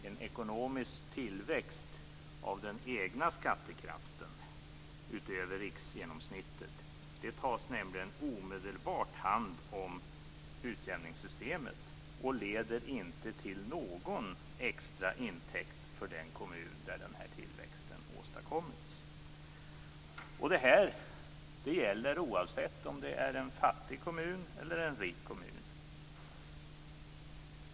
En ekonomisk tillväxt av den egna skattekraften utöver riksgenomsnittet tas nämligen omedelbart hand om av utjämningssystemet och leder inte till någon extra intäkt för den kommun där den här tillväxten åstadkommits. Det här gäller oavsett om det är en fattig eller en rik kommun.